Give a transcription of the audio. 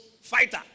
fighter